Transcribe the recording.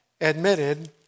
admitted